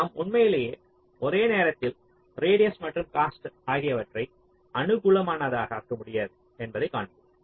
நாம் உண்மையிலேயே ஒரே நேரத்தில் ரேடியஸ் மற்றும் காஸ்ட் ஆகியவற்றை அனுகூலமானதாக ஆக்க முடியாது என்பதைக் காண்போம்